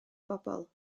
bobl